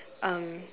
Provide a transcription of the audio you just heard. um